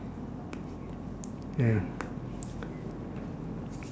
ya